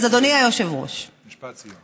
אז אדוני היושב-ראש, משפט סיום.